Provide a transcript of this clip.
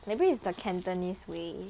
maybe it's the cantonese way